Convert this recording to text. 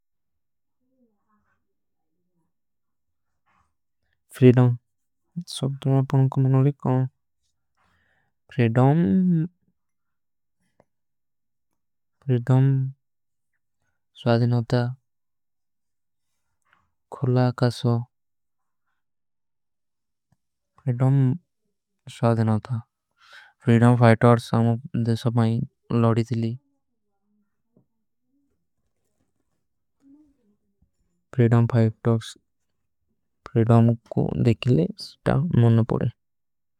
ପ୍ରେଡମ ସବ ତୋ ଆପକୋ ମନୋରଏ କାନ। ପ୍ରେଡମ ସ୍ଵାଧିନୌତା ଖୁର୍ଲା ଆକାଶ। ହୋ ପ୍ରେଡମ ସ୍ଵାଧିନୌତା ପ୍ରିଡମ। ଝାତର୍ସ ଜବୀ ମେଂ ଲୋଡୀ ଥୀଲି ପ୍ରେଡମ ଝାତର୍ସ ପ୍ରେଡାମ। କୋ ଦେଖିଲେ ସୁଟା ମୁନ ପୋରେ।